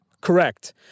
Correct